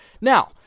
Now